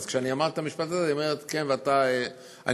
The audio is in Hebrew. אז כשאמרתי את המשפט הזה, היא אומרת: כן, אתה, כן.